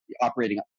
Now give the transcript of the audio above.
operating